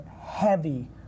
heavy